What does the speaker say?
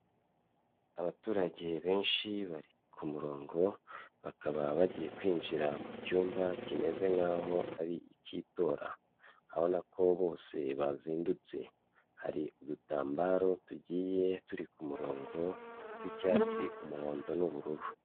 Abaturage benshi bari ku murongo bakaba bagiye kwinjira mu cyumba kimeze nkaho ari icy'itora ubona ko bose bazindutse hari udutambaro tugiye turi ku murongo w'icyatsi, umuhondo n'ubururu.